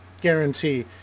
guarantee